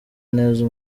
neza